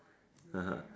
(uh huh)